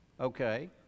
Okay